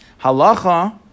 Halacha